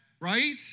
Right